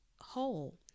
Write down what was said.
whole